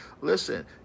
listen